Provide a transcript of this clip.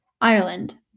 Ireland